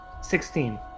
Sixteen